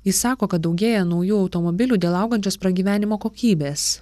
jis sako kad daugėja naujų automobilių dėl augančios pragyvenimo kokybės